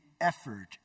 effort